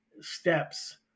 steps